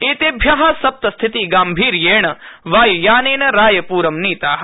एतेभ्यः सप्त स्थितिगाम्भीर्येण वायुयानेन रायपुरंनीताः